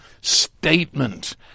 statement